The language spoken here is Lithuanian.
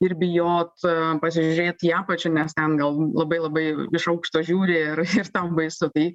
ir bijot pasižiūrėt į apačią nes ten gal labai labai iš aukšto žiūri ir ir ten baisu tai